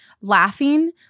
laughing